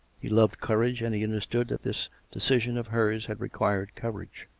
he loved courage, and he understood that this decision of hers had required courage.